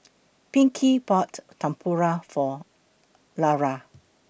Pinkie bought Tempura For Lara